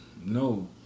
No